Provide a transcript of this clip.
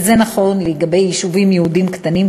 וזה נכון לגבי יישובים יהודיים קטנים,